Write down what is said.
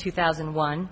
two thousand and one